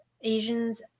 Asians